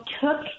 took